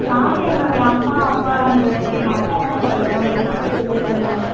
நானும் என்னோடைய அம்மா அப்பா இந்த எங்கள் அக்காதான் சார் வரோம் இதுக்கு போய் இவ்வளோ கேட்குறீங்க